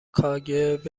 کاگب